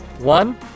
One